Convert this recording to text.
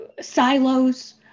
silos